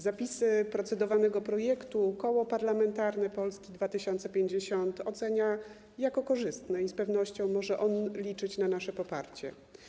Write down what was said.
Zapisy procedowanego projektu Koło Parlamentarne Polska 2050 ocenia jako korzystne i z pewnością może on liczyć na nasze poparcie.